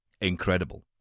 incredible